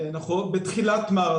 אנחנו עוד בתחילת מרתון.